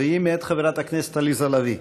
והיא מאת חברת הכנסת עליזה לביא.